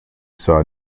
saw